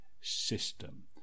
system